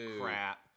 crap